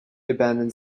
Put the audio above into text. abandons